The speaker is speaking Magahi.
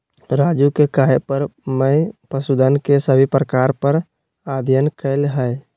राजू के कहे पर मैं पशुधन के सभी प्रकार पर अध्ययन कैलय हई